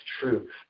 truth